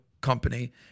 company